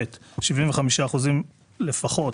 (ב) 75 אחוזים לפחות